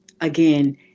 Again